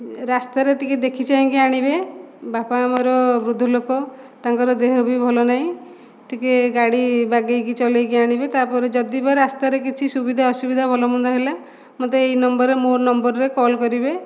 ରାସ୍ତାରେ ଟିକେ ଦେଖିଚାହିଁ କି ଆଣିବେ ବାପା ଆମର ବୃଦ୍ଧ ଲୋକ ତାଙ୍କର ଦେହ ବି ଭଲ ନାହିଁ ଟିକେ ଗାଡ଼ି ବାଗେଇକି ଚଲେଇକି ଆଣିବେ ତା'ପରେ ଯଦି ବା ରାସ୍ତାରେ କିଛି ସୁବିଧା ଅସୁବିଧା ଭଲ ମନ୍ଦ ହେଲା ମୋତେ ଏହି ନମ୍ବର ମୋ ନମ୍ବରରେ କଲ୍ କରିବେ